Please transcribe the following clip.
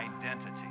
identity